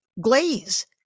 glaze